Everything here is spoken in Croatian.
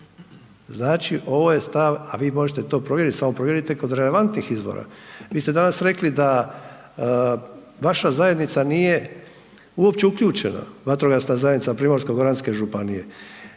Znači ovo je stav, a vi možete provjeriti, samo provjerite kod relevantnih izvora. Vi ste danas rekli da vaša zajednica nije uopće uključena, vatrogasna zajednica Primorsko-goranske županije.